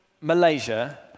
Malaysia